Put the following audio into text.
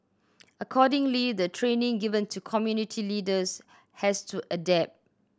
accordingly the training given to community leaders has to adapt